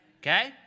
Okay